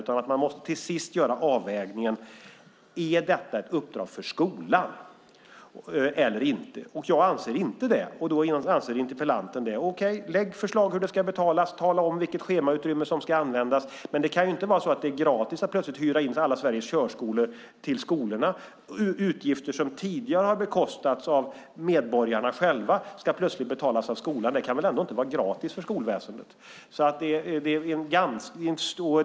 Man måste till sist göra avvägningen om huruvida detta är ett uppdrag för skolan eller inte. Jag anser att det inte är det, men interpellanten anser att det är det. Okej - lägg fram förslag på hur det ska betalas! Tala om vilket schemautrymme som ska användas! Men det kan inte vara gratis att helt plötsligt hyra in alla Sveriges körskolor till skolorna. Utgifter som tidigare har bekostats av medborgarna själva ska nu plötsligt betalas av skolan. Det kan väl ändå inte vara gratis för skolväsendet.